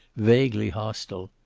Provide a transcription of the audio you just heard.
vaguely hostile.